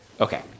okay